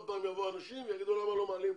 פעם יבואו אנשים ויגידו למה לא מעלים,